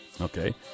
Okay